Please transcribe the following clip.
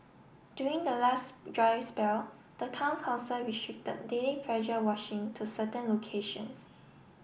during the last dry spell the Town Council restricted daily pressure washing to certain locations